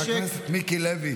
חבר הכנסת מיקי לוי,